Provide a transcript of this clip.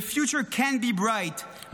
The future can be bright,